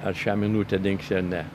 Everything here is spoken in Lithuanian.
ar šią minutę dingsi ar ne